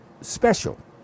special